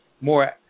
more